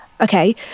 Okay